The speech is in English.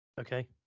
Okay